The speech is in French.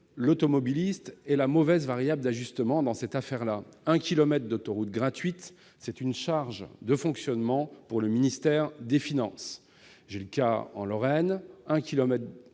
l'automobiliste est la mauvaise variable d'ajustement. Un kilomètre d'autoroute gratuite constitue une charge de fonctionnement pour le ministère des finances. J'ai le cas en Lorraine : un kilomètre